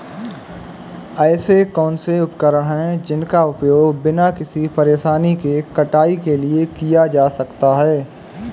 ऐसे कौनसे उपकरण हैं जिनका उपयोग बिना किसी परेशानी के कटाई के लिए किया जा सकता है?